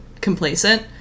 complacent